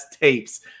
tapes